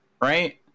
right